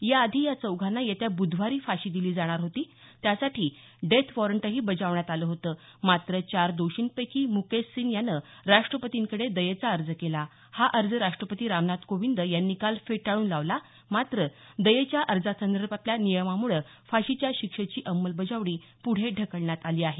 या आधी या चौघांना येत्या ब्धवारी फाशी दिली जाणार होती त्यासाठी डेथ वॉरंटही बजावण्यात आलं होतं मात्र चार दोषींपैकी मुकेश सिंग यानं राष्ट्रपतींकडे दयेचा अर्ज केला हा अर्ज राष्ट्रपती रामनाथ कोविंद यांनी काल फेटाळून लावला मात्र दयेच्या अर्जासंदर्भातल्या नियमामुळे फाशीच्या शिक्षेची अंमलबजावणी पुढे ढकलण्यात आली आहे